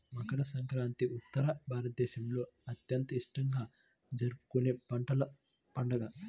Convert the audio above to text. మకర సంక్రాంతి ఉత్తర భారతదేశంలో అత్యంత ఇష్టంగా జరుపుకునే పంటల పండుగ